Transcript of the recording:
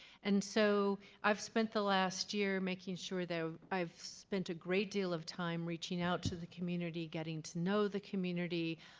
and so i have spent the last year making sure that i have spent a great deal of time reaching out to the community, getting to know the community,